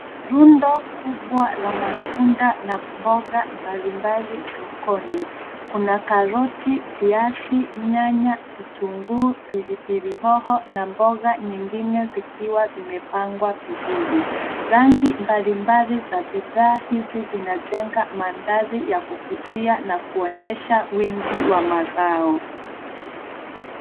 Rundo kubwa la matunda na mboga mbalimbali sokoni. Kuna viazi, karoti, nyanya, vitunguu, pilipili hoho na mboga nyingine zikiwa zimepangwa vizuri. Rangi mbalimbali za bidhaa hizi zinajenga mandhari ya kuvutia na kuonyesha wingi wa mazao.